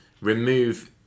remove